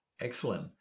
Excellent